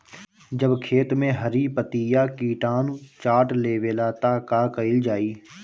जब खेत मे हरी पतीया किटानु चाट लेवेला तऽ का कईल जाई?